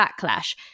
backlash